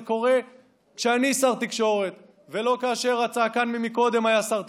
זה קורה כשאני שר תקשורת ולא כאשר הצעקן מקודם היה שר התקשורת.